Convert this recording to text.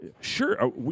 Sure